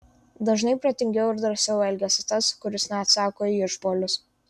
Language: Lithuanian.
dažnai protingiau ir drąsiau elgiasi tas kuris neatsako į išpuolius